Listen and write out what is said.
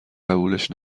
قبولش